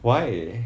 why